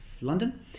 London